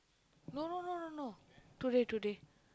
no no no no today today